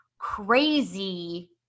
crazy